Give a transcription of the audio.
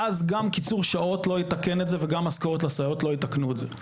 ואז גם קיצור שעות לא יתקן את זה וגם משכורת לסייעות לא יתקנו את זה.